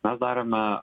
mes darėme